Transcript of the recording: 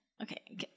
Okay